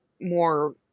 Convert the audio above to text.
more